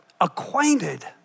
acquainted